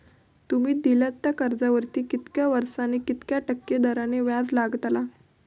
तुमि दिल्यात त्या कर्जावरती कितक्या वर्सानी कितक्या टक्के दराने व्याज लागतला?